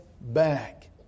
back